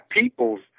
peoples